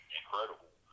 incredible